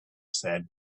said